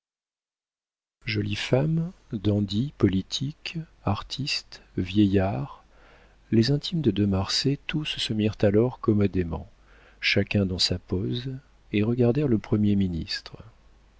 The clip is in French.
jolies femmes dandies politiques artistes vieillards les intimes de de marsay tous se mirent alors commodément chacun dans sa pose et regardèrent le premier ministre